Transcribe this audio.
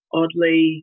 oddly